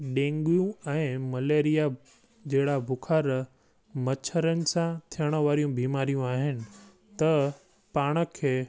dengue ऐं malaria जहिड़ा बुख़ारु मछरनि सां थियण वारियूं बीमारियूं आहिनि त पाण खे